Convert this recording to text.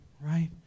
right